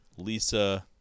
Lisa